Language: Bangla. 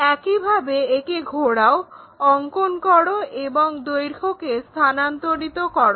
একইভাবে একে ঘোরাও অঙ্কন করো এবং দৈর্ঘ্যকে স্থানান্তরিত করো